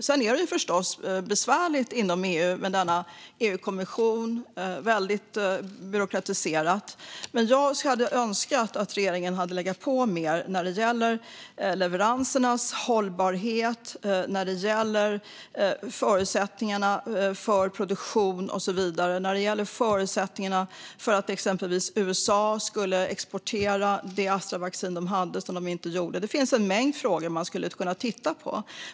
Sedan är det förstås besvärligt inom EU med denna byråkratiserade EU-kommission, men jag hade önskat att regeringen hade legat på mer när det gäller leveransernas hållbarhet, förutsättningarna för produktion och så vidare. Det gäller också förutsättningarna för USA att exportera Astravaccin, vilket de inte gjorde. Det finns en mängd frågor att titta på.